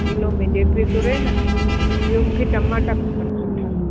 kilo में जेतिरे तुरे न ॿियो मूंखे टमाटा खपनि सुठा